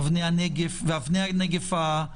אבני הנגף הפוטנציאליות,